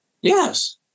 Yes